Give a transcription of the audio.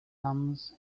hands